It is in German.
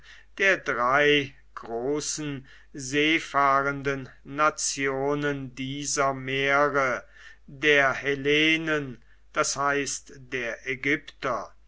der drei großen seefahrenden nationen dieser meere der hellenen das heißt der ägypter